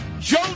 Joe